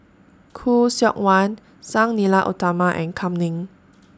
Khoo Seok Wan Sang Nila Utama and Kam Ning